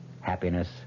happiness